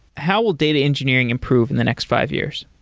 how will data engineering improve in the next five years?